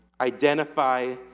identify